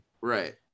right